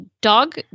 dog